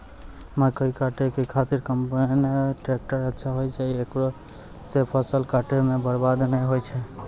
मकई काटै के खातिर कम्पेन टेकटर अच्छा होय छै ऐकरा से फसल काटै मे बरवाद नैय होय छै?